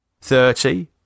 Thirty